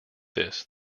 this